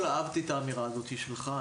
אהבתי את האמירה הזאת שלך.